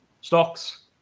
Stocks